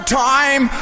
time